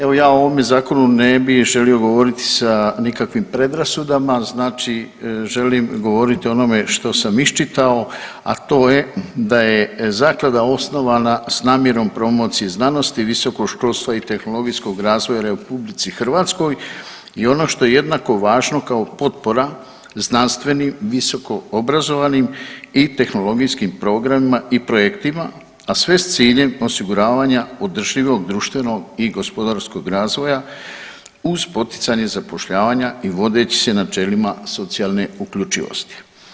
Evo ja o ovom zakonu ne bi želio govoriti sa nikakvim predrasudama znači želim govoriti o onome što sam iščitao, a to je da je zaklada osnovna s namjerom promocije znanosti, visokog školstva i tehnologijskog razvoja u RH i ono što je jednako važno kao potpora znanstvenim, visoko obrazovanim i tehnologijskim programima i projektima, a sve s ciljem osiguravanja održivog društvenog i gospodarskog razvoja uz poticanje zapošljavanja i vodeći se načelima socijalne uključivosti.